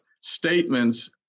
statements